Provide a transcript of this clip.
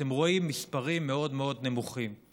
אתם רואים מספרים מאוד מאוד נמוכים,